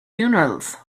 funerals